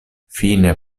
fine